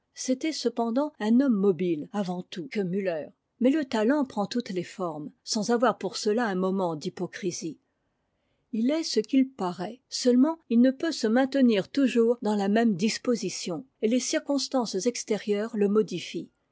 c'était cependant un homme mobile avant tout que militer mais le talent prend toutes les formes sans avoir pour cela un moment d'hypocrisie h est ce qu'il parait seulement il ne peut se maintenir toujours dans la même disposition et les circonstances extérieures le modifient